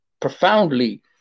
profoundly